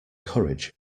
courage